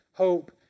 hope